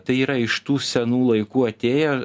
tai yra iš tų senų laikų atėję